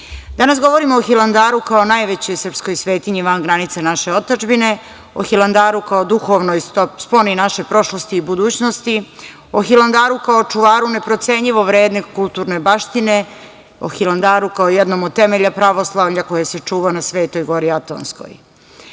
temu. Danas govorimo o Hilandaru, kao najvećoj srpskoj svetinji van granica naše otadžbine, o Hilandaru kao duhovnoj sponi naše prošlosti i budućnosti, o Hilandaru kao čuvaru neprocenjivo vredne kulturne baštine, o Hilandaru kao jednom od temelja pravoslavlja koji se čuva na Svetoj gori Atonskoj. Ono